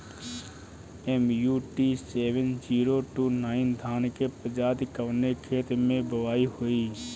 MUT seven zero two nine धान के प्रजाति कवने खेत मै बोआई होई?